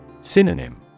Synonym